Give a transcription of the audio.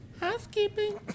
Housekeeping